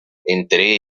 entre